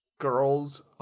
girls